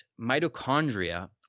mitochondria